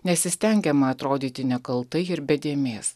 nesistengiama atrodyti nekaltai ir be dėmės